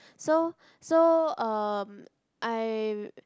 so so um I